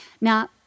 Now